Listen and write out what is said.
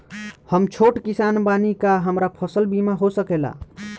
हम छोट किसान बानी का हमरा फसल बीमा हो सकेला?